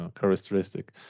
characteristic